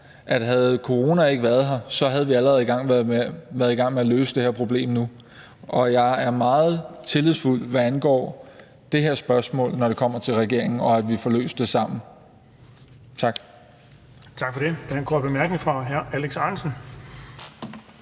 havde corona ikke været her, så havde vi allerede været i gang med at løse det her problem nu. Jeg er meget tillidsfuld, hvad angår det her spørgsmål, når det kommer til regeringen, og i forhold til at vi får løst det sammen. Tak.